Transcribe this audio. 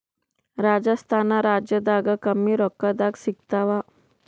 ರಾಜಸ್ಥಾನ ರಾಜ್ಯದಾಗ ಕಮ್ಮಿ ರೊಕ್ಕದಾಗ ಸಿಗತ್ತಾವಾ?